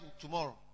tomorrow